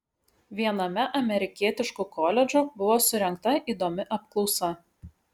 viename amerikietiškų koledžų buvo surengta įdomi apklausa